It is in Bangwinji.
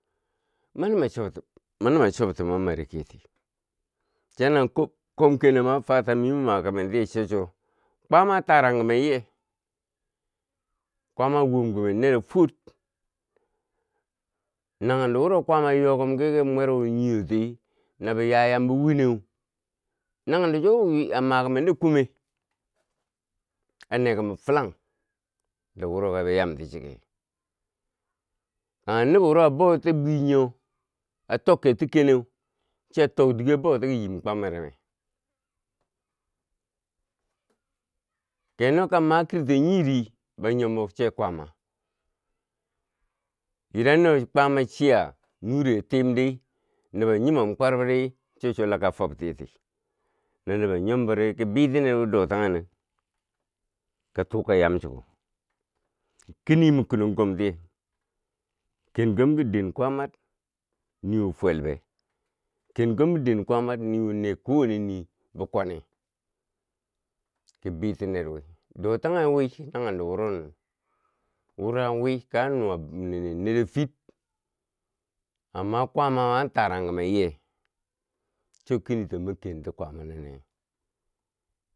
Mani ma chobti, mani ma regeti, chan nan kom kenema fata mi mima kumenti yeu cho chuwo, kwaama a taran kumen iye kwaama a wom kumen nero fuwot naghen do wuro kwaama yokom ki ka mwe ruu nyiyoti na biya yam bo wineu naghendo chuwo a ma kumende kume a ne kom filang do wuro yaka yamti chike. Kanghe nobo buro abou ti bwi nyo a tokkerti keneu chiya to dige abouti ki yim kwamere me, keno ka ma kiri nyidi, ban nyombo sai kwaama idan no kwaama chiya, nure tim di, nobo nyumom kmarub di cho chuwo laka fwob yeti, no nobo nyom bo ri, kon biti ner wi do taghe nin, katuka yam chuko kini mi kunon kom tiye ken kom ki den kwamar niwo fwelbe, ken kom kiden kwamar niwo ne kowanne nii bikwane kibiti nerwi, dotaghe wi naghen do wuro nin wuura we kan nuwa nini niri fit amma kwaama wo an tarang kumen iye cho kinoto me kenti kwaama nine.